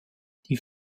die